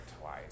twice